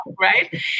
right